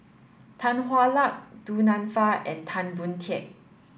Tan Hwa Luck Du Nanfa and Tan Boon Teik